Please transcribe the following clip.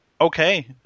okay